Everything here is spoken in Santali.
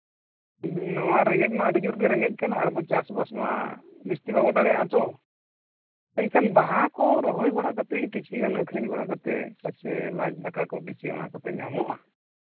ᱱᱚᱣᱟ ᱨᱮᱸᱜᱮᱡ ᱢᱟ ᱟᱹᱰᱤ ᱡᱳᱨᱜᱮ ᱨᱮᱸᱜᱮᱡ ᱠᱟᱱᱟ ᱟᱨ ᱵᱚ ᱪᱟᱥᱵᱟᱥ ᱢᱟ ᱵᱮᱥᱛᱮ ᱵᱟᱵᱚᱱ ᱫᱟᱲᱮᱭᱟᱜ ᱟᱛᱚ ᱮᱱᱠᱷᱟᱱ ᱵᱟᱦᱟ ᱠᱚ ᱨᱚᱦᱚᱲ ᱵᱟᱲᱟ ᱠᱟᱛᱮᱫ ᱠᱤᱪᱷᱩᱜᱟᱱ ᱟᱹᱠᱷᱨᱤᱧ ᱵᱟᱲᱟ ᱠᱟᱛᱮᱫ ᱯᱟᱪᱮᱫ ᱞᱟᱡ ᱫᱟᱠᱟ ᱠᱚ ᱚᱱᱟ ᱠᱚᱛᱮ ᱧᱟᱢᱚᱜᱼᱟ